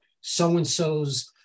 so-and-so's